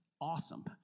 awesome